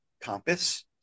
compass